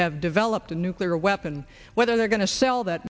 have developed a nuclear weapon whether they're going to sell that